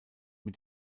mit